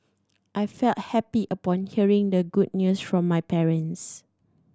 I felt happy upon hearing the good news from my parents